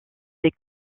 des